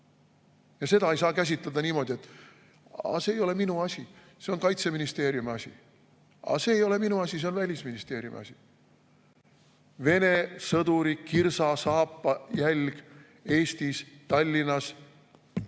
Ja seda ei saa käsitleda niimoodi: "Aga see ei ole minu asi, see on Kaitseministeeriumi asi. Aga see ei ole minu asi, see on Välisministeeriumi asi." Vene sõduri kirsasaapa jälg Eestis, Tallinnas, meie